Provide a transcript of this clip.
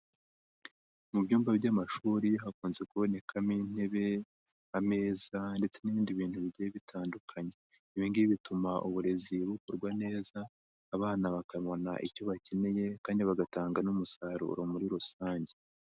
Mu byumba by'amashuri hakunze kubonekamo intebe, ameza ndetse n'ibindi bintu bigiye bitandukanye, ibi ngibi bituma uburezi bukorwa neza abana bakabona icyo bakeneye kandi bagatanga n'umusaruro muri rusange.